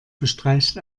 bestreicht